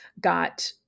got